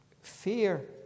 fear